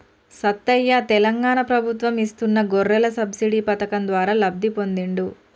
సత్తయ్య తెలంగాణ ప్రభుత్వం ఇస్తున్న గొర్రెల సబ్సిడీ పథకం ద్వారా లబ్ధి పొందిండు